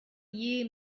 year